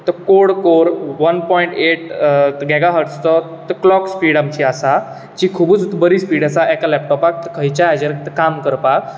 तो quad core one point eight मेगा हट्सचो क्लोर्क स्पिड आमची आसात जी खुबूच बरी स्पिड आसा एका लेपटोपाक खंयच्या हाजेर काम करपाक